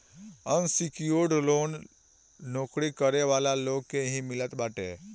unsecured loan loan नोकरी करे वाला लोग के ही मिलत बाटे